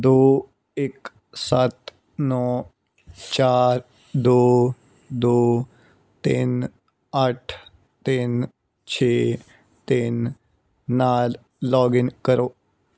ਦੋ ਇੱਕ ਸੱਤ ਨੌਂ ਚਾਰ ਦੋ ਦੋ ਤਿੰਨ ਅੱਠ ਤਿੰਨ ਛੇ ਤਿੰਨ ਨਾਲ ਲੌਗਇਨ ਕਰੋ